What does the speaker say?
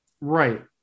Right